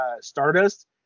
Stardust